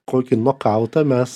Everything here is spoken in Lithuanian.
kokį nokautą mes